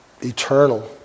eternal